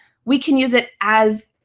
we can use it as